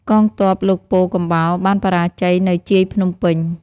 កងទ័ពលោកពោធិកំបោរបានបរាជ័យនៅជាយភ្នំពេញ។